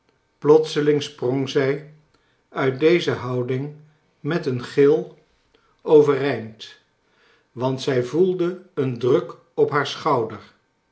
plotseling sprong zij uit deze houding met een gil overeind want zij voelde een druk op haar schouder